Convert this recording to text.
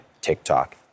TikTok